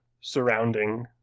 surrounding